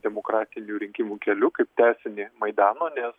demokratinių rinkimų keliu tęsinį maidano nes